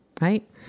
right